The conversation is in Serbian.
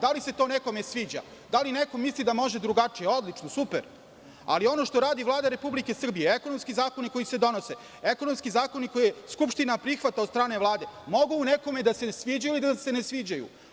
Da li se to nekome sviđa, da li neko misli da može drugačije, odlično, super, ali ono što radi Vlada Republike Srbije, ekonomski zakoni koji se donose, koje Skupština prihvata od strane Vlade, mogu nekome da se sviđaju ili ne sviđaju.